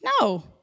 No